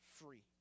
free